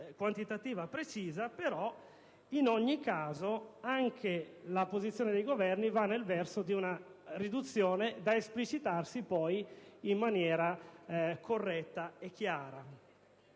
quantitativa precisa, ma in ogni caso anche la loro posizione va nel verso di una riduzione, da esplicitarsi poi in maniera corretta e chiara.